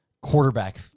quarterback